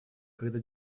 когда